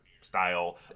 style